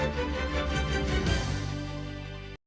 Дякую.